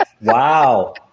Wow